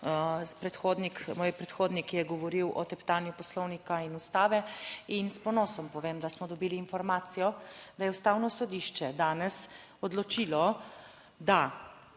moj predhodnik je govoril o teptanju Poslovnika in Ustave in s ponosom povem, da smo dobili informacijo, da je Ustavno sodišče danes odločilo, da